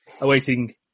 awaiting